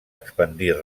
expandir